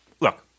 Look